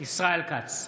ישראל כץ,